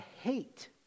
hate